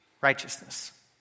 righteousness